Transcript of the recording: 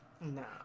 No